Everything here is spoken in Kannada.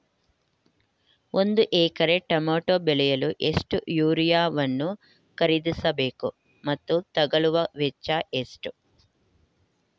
ಒಂದು ಎಕರೆ ಟಮೋಟ ಬೆಳೆಯಲು ಎಷ್ಟು ಯೂರಿಯಾವನ್ನು ಖರೀದಿಸ ಬೇಕು ಮತ್ತು ತಗಲುವ ವೆಚ್ಚ ಎಷ್ಟು?